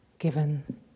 Given